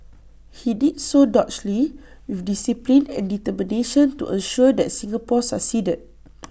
he did so doggedly with discipline and determination to ensure that Singapore succeeded